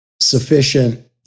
sufficient